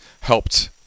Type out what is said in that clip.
helped